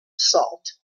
salt